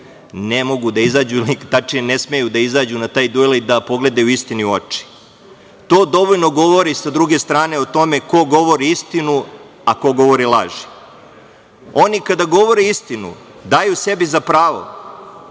ne mogu da izađu, tačnije ne smeju da izađu na taj duel i da pogledaju istini u oči. To dovoljno govori o tome ko govori istinu, a ko govori laži. Oni kada govore istinu daju sebi za pravo